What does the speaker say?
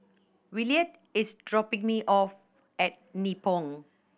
Williard is dropping me off at Nibong